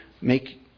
make